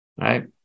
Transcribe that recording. right